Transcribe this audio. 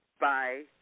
Bye